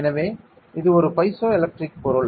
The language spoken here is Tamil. எனவே இது ஒரு பைசோ எலக்ட்ரிக் பொருள்